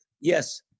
Yes